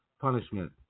punishment